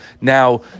Now